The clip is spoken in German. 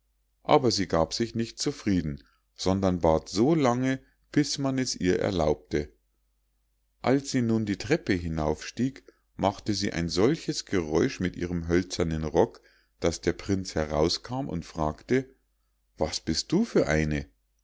aber sie gab sich nicht zufrieden sondern bat so lange bis man es ihr erlaubte als sie nun die treppe hinaufstieg machte sie ein solches geräusch mit ihrem hölzernen rock daß der prinz herauskam und fragte was bist du für eine